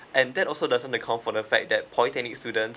and that also doesn't make count for the fact that polytechnic students